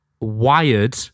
wired